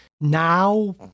now